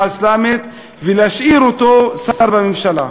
האסלאמית ולהשאיר אותו שר בממשלה?